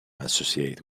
associate